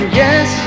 yes